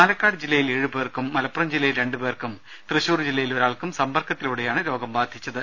പാലക്കാട് ജില്ലയിൽ ഏഴു പേർക്കും മലപ്പുറം ജില്ലയിൽ രണ്ടു പേർക്കും തൃശൂർ ജില്ലയിൽ ഒരാൾക്കും സമ്പർക്കത്തിലൂടെയാണ് രോഗം ബാധിച്ചത്